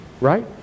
right